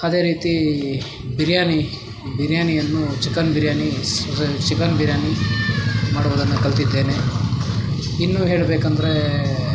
ಅದೇ ರೀತಿ ಬಿರ್ಯಾನಿ ಬಿರ್ಯಾನಿಯನ್ನು ಚಿಕನ್ ಬಿರ್ಯಾನಿ ಚಿಕನ್ ಬಿರ್ಯಾನಿ ಮಾಡುವುದನ್ನು ಕಲಿತಿದ್ದೇನೆ ಇನ್ನೂ ಹೇಳಬೇಕಂದ್ರೆ